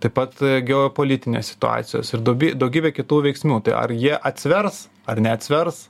taip pat geopolitinės situacijos ir duoby daugybė kitų veiksnių tai ar jie atsvers ar neatsvers